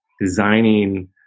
designing